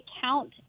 count